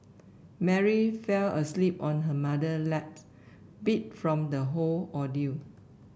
Mary fell asleep on her mother lap beat from the whole ordeal